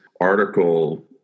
article